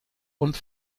und